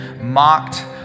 mocked